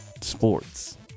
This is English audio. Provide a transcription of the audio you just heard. Sports